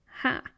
Ha